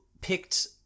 picked